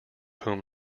whom